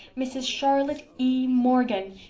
mrs. charlotte e. morgan.